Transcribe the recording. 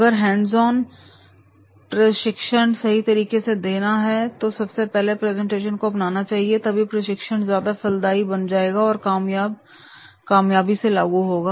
अगर hands on प्रशिक्षण सही तरीके से देना है तो सबसे पहले प्रेजेंटेशन को अपनाना चाहिए तभी प्रशिक्षण ज्यादा फलदाई बन पाएगा और कामयाबी से लागू हो पाएगा